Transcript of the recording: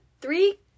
three